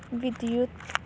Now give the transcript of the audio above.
ਵਿਦਯੁਤ